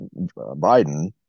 Biden